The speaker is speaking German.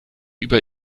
über